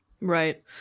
Right